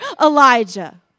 Elijah